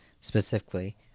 specifically